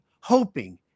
hoping